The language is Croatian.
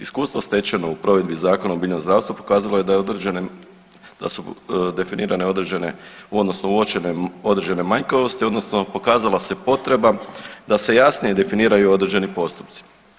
Iskustvo stečeno u provedbi Zakona o biljnom zdravstvu pokazalo je da je određenim, da su definirane određene odnosno uočene određene manjkavosti odnosno pokazala se potreba da se jasnije definiraju određeni postupci.